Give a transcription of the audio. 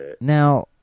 Now